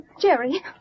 Jerry